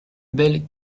belle